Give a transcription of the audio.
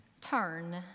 turn